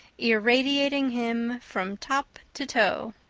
irradiating him from top to toe.